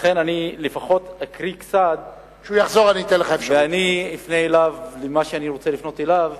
לכן אקריא לפחות קצת ואפנה אליו אחר כך במה שאני רוצה לפנות אליו.